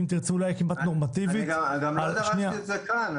אם תרצו אולי כמעט נורמטיבית --- אני גם לא דרשתי את זה כאן,